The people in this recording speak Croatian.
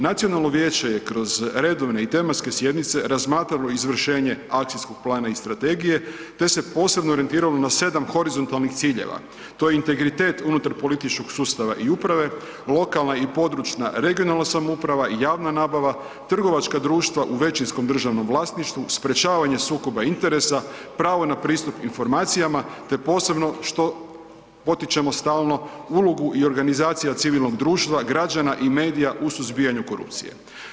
Nacionalno vijeće je kroz redovne i tematske sjednice razmatralo izvršenje Akcijskog plana i strategije te se posebno orijentiralo na 7 horizontalnih ciljeva, to je integritet unutar političkog sustava i uprave, lokalna i područna (regionalna) samouprava, javna nabava, trgovačka društva u većinskom državnom vlasništvu, sprečavanje sukoba interesa, pravo na pristup informacijama te posebno potičemo stalnu ulogu i organizaciju civilnog društva, građana i medija u suzbijanju korupcije.